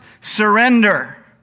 surrender